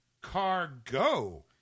Cargo